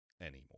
anymore